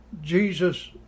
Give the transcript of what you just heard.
Jesus